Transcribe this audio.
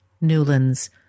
Newland's